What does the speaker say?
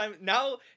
now